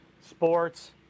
sports